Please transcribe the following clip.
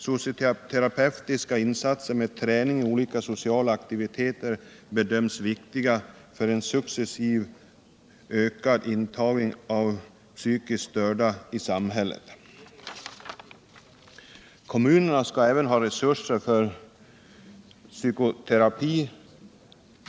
Socioterapeutiska insatser med träning i olika sociala aktiviteter bedöms viktiga för en successivt ökad integration av psykiskt störda i samhället. Kommunen skall även ha resurser för psykoterapi.